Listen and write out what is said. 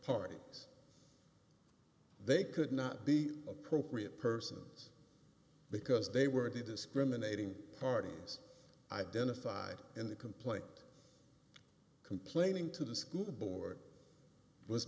parties they could not be appropriate persons because they were the discriminating parties identified in the complaint complaining to the school board w